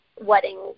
wedding